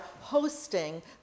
hosting